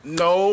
no